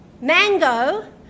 Mango